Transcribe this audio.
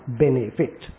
benefit